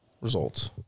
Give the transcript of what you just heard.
results